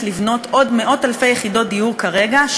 לבנות עוד מאות-אלפי יחידות דיור כרגע,